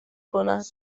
کند